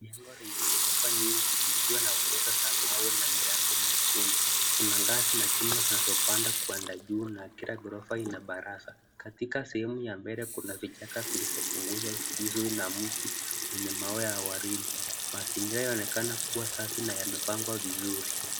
Jengo lenye ghorofa nyingi likiwa na ukuta za mawe na milango mekundu. Kuna ngazi na chuma zinazopanda kwenda juu na kila ghorofa ina baraza. Katika sehemu ya mbele, kuna vichaka vilivyopunguzwa vizuri na mti wa maua ya waridi. Mazingira yanaonekana kuwa safi na yamepangwa vizuri.